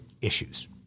issues